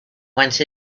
went